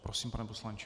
Prosím, pane poslanče.